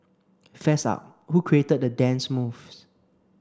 fess up who created the dance moves